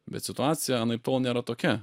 bet situacija anaiptol nėra tokia